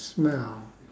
smell